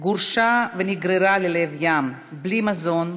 היא גורשה ונגררה ללב ים בלי מזון,